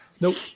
Nope